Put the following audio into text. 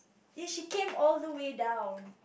ya she came all the way down